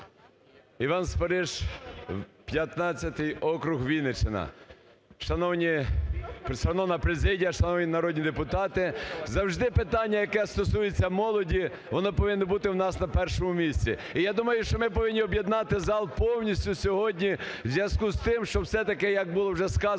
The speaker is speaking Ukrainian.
Іван Спориш, 15-й округ, Вінниччина. Шановні… шановна президія, шановні народні депутати! Завжди питання, яке стосується молоді, воно повинні бути в нас на першому місці. І я думаю, що ми повинні об'єднати зал повністю сьогодні у зв'язку з тим, що все-таки, як було вже сказано